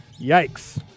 Yikes